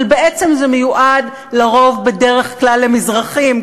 אבל בעצם זה מיועד לרוב בדרך כלל למזרחים,